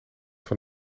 van